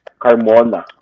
Carmona